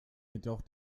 jedoch